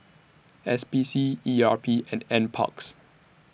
S P C E R P and N Parks